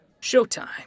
Showtime